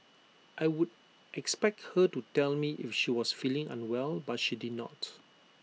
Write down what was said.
I would expect her to tell me if she was feeling unwell but she did not